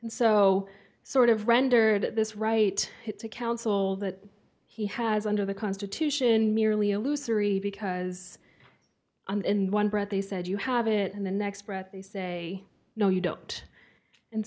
and so sort of rendered at this right to counsel that he has under the constitution merely illusory because in one breath they said you have it in the next breath they say no you don't and